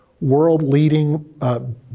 world-leading